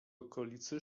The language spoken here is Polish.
okolicy